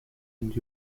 and